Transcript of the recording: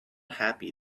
happy